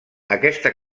aquesta